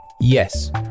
Yes